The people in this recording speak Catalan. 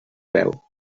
veu